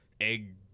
egg